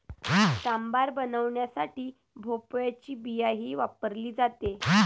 सांबार बनवण्यासाठी भोपळ्याची बियाही वापरली जाते